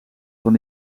van